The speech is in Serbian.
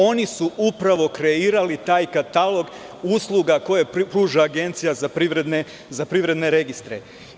Oni su upravo kreirali taj katalog usluga koje pruža Agencija za privredne registre.